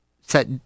set